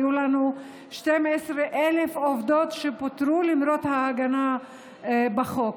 היו לנו 12,000 עובדות שפוטרו למרות ההגנה בחוק.